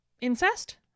Incest